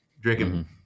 drinking